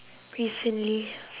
recently